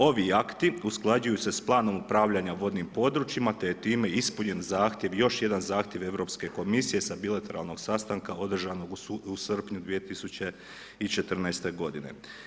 Ovi akti usklađuju se sa planom upravljanja vodnim područjima te je time ispunjen zahtjev, još jedan zahtjev Europske komisije sa bilateralnog sastanka održanog u srpnju 2014. godine.